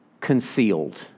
concealed